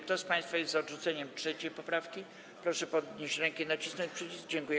Kto z państwa jest za odrzuceniem 3. poprawki, proszę podnieść rękę i nacisnąć przycisk.